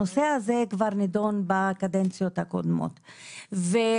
הנושא הזה כבר נידון בקדנציות הקודמות וכן,